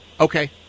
Okay